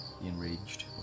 Enraged